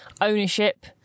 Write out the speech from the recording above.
ownership